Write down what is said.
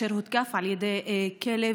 אשר הותקף על ידי כלב,